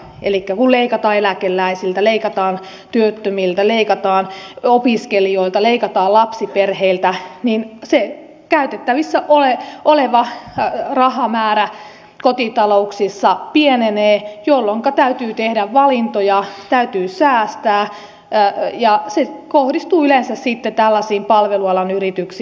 elikkä kun leikataan eläkeläisiltä leikataan työttömiltä leikataan opiskelijoilta leikataan lapsiperheiltä niin se käytettävissä oleva rahamäärä kotitalouksissa pienenee jolloinka täytyy tehdä valintoja täytyy säästää ja se kohdistuu yleensä sitten tällaisiin palvelualan yrityksiin